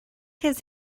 his